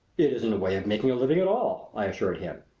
it isn't a way of making a living at all! i assured him.